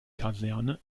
kaserne